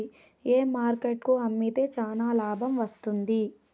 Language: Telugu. ఏ మార్కెట్ కు అమ్మితే చానా లాభం వస్తుంది?